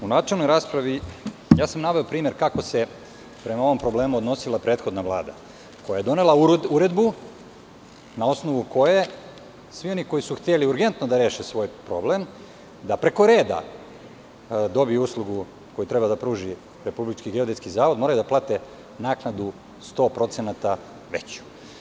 U načelnoj raspravi sam naveo primer kako se prema ovom problemu odnosila prethodna Vlada, koja je donela uredbu na osnovu koje svi oni koji su hteli urgentno da reše svoj problem, da preko reda dobiju uslugu koju treba da pruži Republički geodetski zavod, moraju da plate naknadu 100% veću.